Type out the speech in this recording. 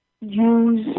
use